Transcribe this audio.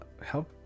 help